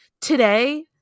today